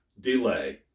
Delay